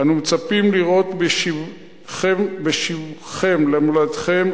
אנו מצפים לראות בשובכם למולדתכם,